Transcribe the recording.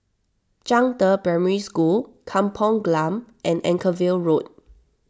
Zhangde Primary School Kampung Glam and Anchorvale Road